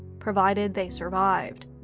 provided they survived.